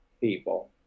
people